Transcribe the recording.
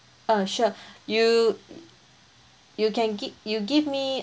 uh sure you you can gi~ you give me